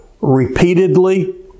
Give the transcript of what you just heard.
repeatedly